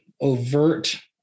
overt